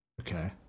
Okay